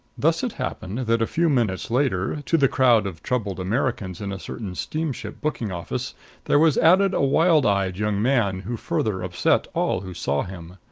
thus it happened that, a few minutes later, to the crowd of troubled americans in a certain steamship booking office there was added a wild-eyed young man who further upset all who saw him.